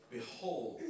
Behold